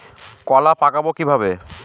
কলা পাকাবো কিভাবে?